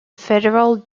federal